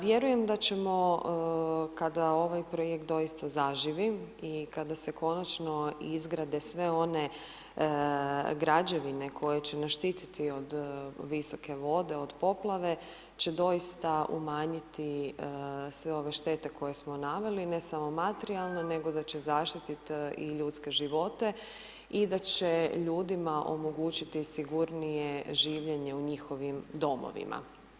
Vjerujem da ćemo, kada ovaj projekt doista zaživi i kada se konačno izgrade sve one građevine koje će nas štiti od visoke vode, od poplave, će doista umanjiti sve ove štete koje smo naveli, ne samo materijalne, nego da će zaštiti i ljudske živote i da će ljudima omogućiti i sigurnije življenje u njihovim domovima.